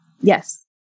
Yes